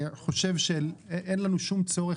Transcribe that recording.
מכובדי, אולי תעשה לסירוגין?